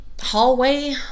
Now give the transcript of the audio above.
hallway